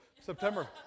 September